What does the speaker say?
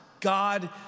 God